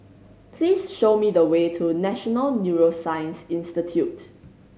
please show me the way to National Neuroscience Institute